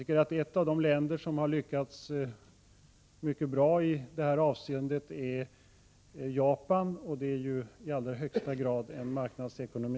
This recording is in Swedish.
Ett av de länder som har lyckats mycket bra i detta avseende är Japan, och det är ju i allra högsta grad en marknadsekonomi.